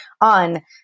on